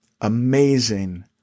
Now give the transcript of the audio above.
amazing